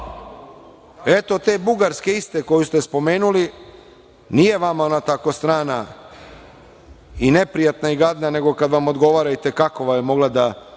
Eto te Bugarske iste koju ste spomenuli. Nije vama ona tako strana i neprijatna i gadna, nego kad vam odgovara i te kako je mogla da